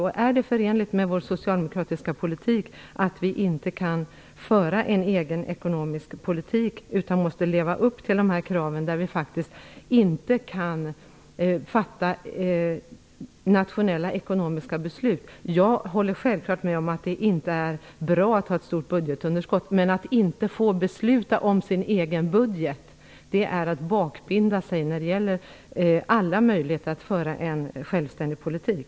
Är det förenligt med vår socialdemokratiska politik att vi inte kan föra en egen ekonomisk politik utan måste leva upp till de kraven? Vi kan faktiskt inte fatta nationella ekonomiska beslut. Jag håller självfallet med om att det inte är bra att ha ett stort budgetunderskott. Men att inte få besluta om sin egen budget är att bakbinda sig när det gäller alla möjligheter att föra en självständig politik.